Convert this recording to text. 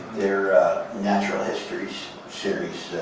their natural history series.